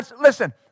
listen